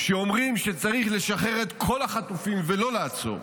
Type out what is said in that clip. שאומרים שצריך לשחרר את כל החטופים ולא לעצור.